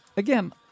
Again